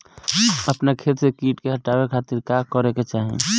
अपना खेत से कीट के हतावे खातिर का करे के चाही?